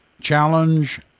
challenge